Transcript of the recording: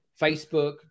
facebook